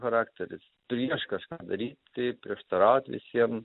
charakteris prieš kažką daryti tai prieštaraut visiem